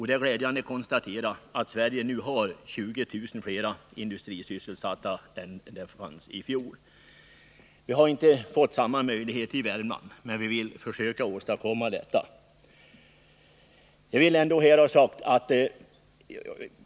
Det är glädjande att konstatera att Sverige nu har 20 000 fler industrisysselsatta än i fjol. Vi har inte fått en motsvarande utveckling i Värmland, men vi vill försöka åstadkomma en sådan.